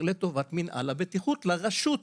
לרשות.